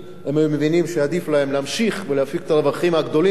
הם היו מבינים שעדיף להם להמשיך ולהפיק את הרווחים הגדולים האלה,